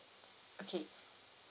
okay